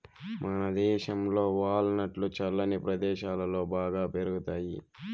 మనదేశంలో వాల్ నట్లు చల్లని ప్రదేశాలలో బాగా పెరుగుతాయి